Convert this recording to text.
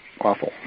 awful